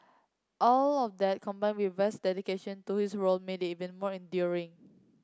all of that combined with West's dedication to his role made it even more endearing